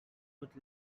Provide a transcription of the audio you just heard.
would